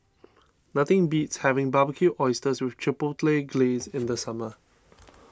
nothing beats having Barbecued Oysters with Chipotle Glaze in the summer